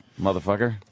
motherfucker